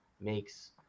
makes